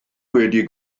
wedi